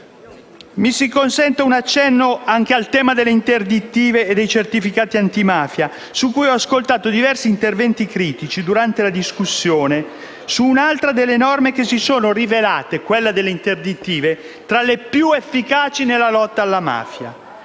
Mi si consenta un accenno anche al tema delle interdittive e dei certificati antimafia, su cui ho ascoltato diversi interventi critici durante la discussione. Quella sulle interdittive è un'altra delle norme che si sono rivelate tra le più efficaci nella lotta alla mafia.